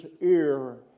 ear